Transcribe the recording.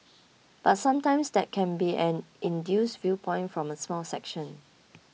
but sometimes that can be an induced viewpoint from a small section